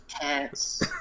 cats